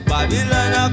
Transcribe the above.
Babylon